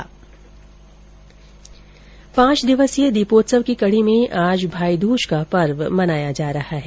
पांच दिवसीय दीपोत्सव की कड़ी में आज भाईदूज का पर्व मनाया जा रहा है